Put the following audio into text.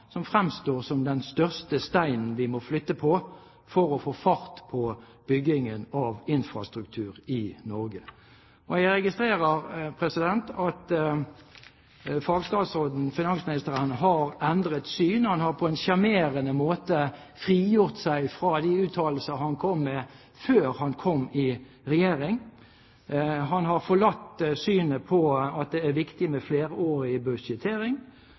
som fremstår som den største steinen vi må flytte på for å få fart på byggingen av infrastruktur i Norge. Jeg registrerer at fagstatsråden, finansministeren, har endret syn. Han har på en sjarmerende måte frigjort seg fra de uttalelsene han kom med før han kom i regjering. Han har forlatt det synet at det er viktig med